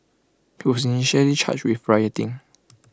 he was initially charge with rioting